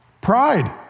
pride